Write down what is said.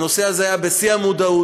הנושא הזה היה בשיא המודעות,